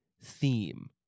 theme